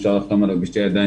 אפשר לחתום עליו בשתי ידיים,